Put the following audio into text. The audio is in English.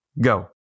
Go